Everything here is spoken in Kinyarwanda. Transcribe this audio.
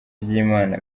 ry’imana